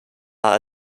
are